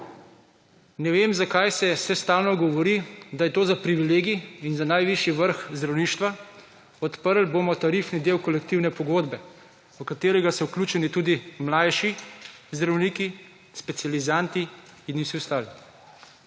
Ne vem zakaj se stalno govori, da je to za privilegij in za najvišji vrh zdravništva, odprli bomo tarifni del kolektivne pogodbe v katerega so vključeni tudi mlajši zdravniki, specializanti in vsi ostali.